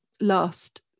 last